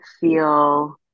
feel